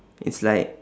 it's like